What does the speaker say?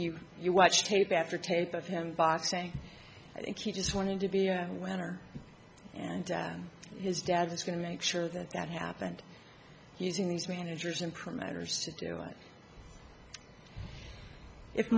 you you watch tape after tape of him boxing i think he just wanted to be a winner and his dad was going to make sure that that happened using these managers and promoters